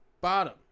bottom